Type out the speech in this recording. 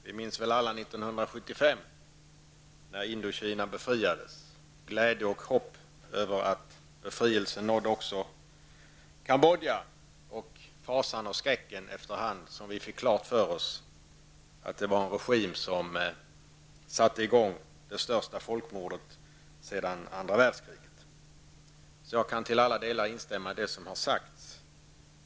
Vi minns väl alla när Indokina befriades 1975: Glädje och hopp över att befrielsen också nådde Kambodja och fasan och skräcken när vi efter hand fick klart för oss att det var en regim som satte i gång det största folkmordet sedan andra världskriget. Jag kan till alla delar instämma i vad som har sagts.